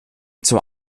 zur